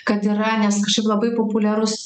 kad yra nes kažkaip labai populiarus